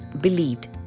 believed